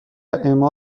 اما